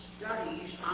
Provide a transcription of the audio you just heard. studies